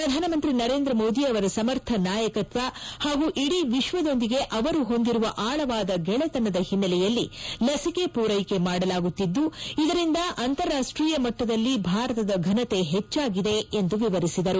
ಪ್ರಧಾನಮಂತ್ರಿ ನರೇಂದ್ರ ಮೋದಿ ಅವರ ಸಮರ್ಥ ನಾಯಕತ್ವ ಹಾಗೂ ಇಡೀ ವಿಶ್ವದೊಂದಿಗೆ ಅವರು ಹೊಂದಿರುವ ಆಳವಾದ ಗೆಳೆತನದ ಹಿನ್ನೆಲೆಯಲ್ಲಿ ಲಸಿಕೆ ಪೂರೈಕೆ ಮಾಡಲಾಗುತ್ತಿದ್ದು ಇದರಿಂದ ಅಂತಾರಾಷ್ಷೀಯ ಮಟ್ಟದಲ್ಲಿ ಭಾರತದ ಘನತೆ ಹೆಚ್ಚಾಗಿದೆ ಎಂದು ವಿವರಿಸಿದರು